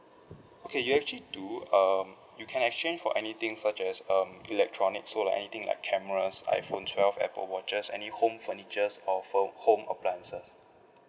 okay you actually do uh you can actually for anything such as um electronic so like anything like cameras iphone twelve apple watches any home furnitures or for home appliances